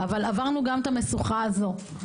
אבל עברנו גם את המשוכה הזו.